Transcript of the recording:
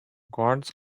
guards